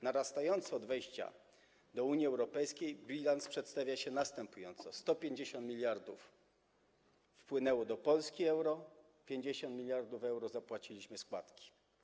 Narastający od wejścia Polski do Unii Europejskiej bilans przedstawia się następująco: 150 mld euro wpłynęło do Polski, 50 mld euro zapłaciliśmy składki.